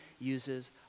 uses